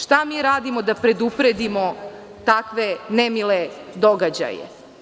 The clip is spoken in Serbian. Šta mi radimo da predupredimo takve nemile događaje?